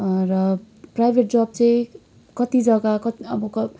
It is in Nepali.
र प्राइभेट जब चाहिँ कति जग्गा अब